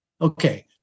Okay